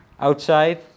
outside